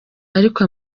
ariko